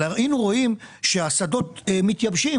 אבל היינו רואים שהשדות מתייבשים,